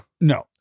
No